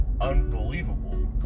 unbelievable